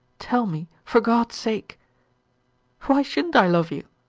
tell me for god's sake why shouldn't i love you?